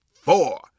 four